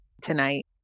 tonight